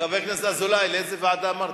חבר הכנסת אזולאי, לאיזו ועדה אמרת?